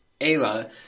Ayla